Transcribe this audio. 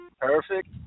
Perfect